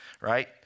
Right